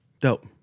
Dope